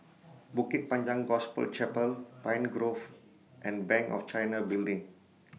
Bukit Panjang Gospel Chapel Pine Grove and Bank of China Building